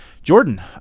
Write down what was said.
Jordan